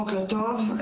בוקר טוב,